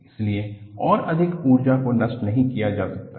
इसलिए और अधिक ऊर्जा को नष्ट नहीं किया जा सकता है